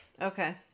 Okay